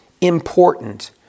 important